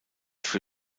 für